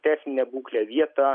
techninė būklė vieta